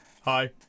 hi